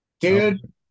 Dude